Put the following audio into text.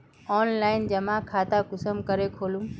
Online जमा खाता कुंसम करे खोलूम?